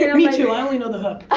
and me too i only know the hook.